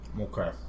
Okay